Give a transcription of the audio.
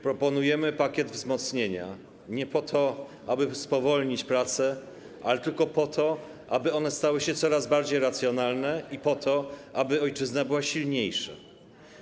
proponujemy pakiet wzmocnienia nie po to, aby spowolnić prace, ale tylko po to, aby one stały się coraz bardziej racjonalne, i po to, aby ojczyzna była silniejsza.